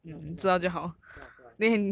知道知道知道知道知道